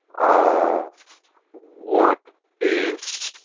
of what is,